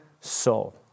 soul